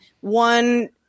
one